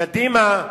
קדימה,